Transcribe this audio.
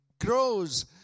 grows